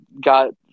got